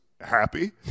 happy